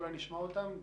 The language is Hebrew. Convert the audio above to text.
נשמע אותם?